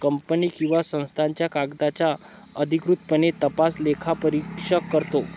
company किंवा संस्थांच्या कागदांचा अधिकृतपणे तपास लेखापरीक्षक करतो